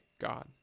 God